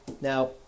Now